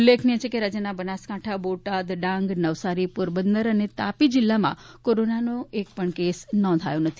ઉલ્લેખનીય છે કે રાજ્યના બનાસકાંઠા બોટાદ ડાંગ નવસારી પોરબંદર અને તાપી જિલ્લામાં કોરોનાના એક પણ કેસ નોંધાયા નથી